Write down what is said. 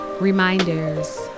Reminders